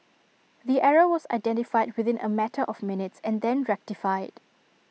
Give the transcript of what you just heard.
the error was identified within A matter of minutes and then rectified